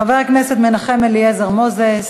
חבר הכנסת מנחם אליעזר מוזס,